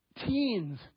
Teens